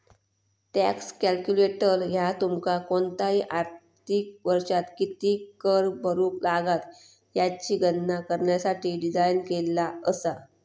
tax calculator ह्या तुमका कोणताही आर्थिक वर्षात किती कर भरुक लागात याची गणना करण्यासाठी डिझाइन केलेला असा